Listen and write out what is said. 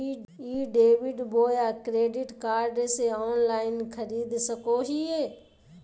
ई debit बोया credit card से online खरीद सको हिए?